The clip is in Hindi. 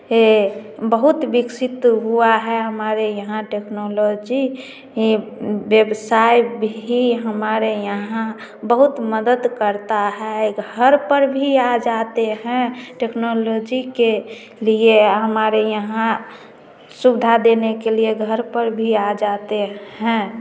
हे बहुत विकसित हुआ है हमारे यहाँ टेक्नोलॉजी ही व्यवसाय भी हमारे यहाँ बहुत मदद करता है घर पर भी आ जाते हैं टेक्नोलॉजी के लिए हमारे यहाँ सुविधा देने के लिए घर पर भी आ जाते हैं